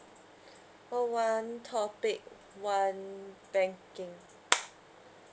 call one topic one banking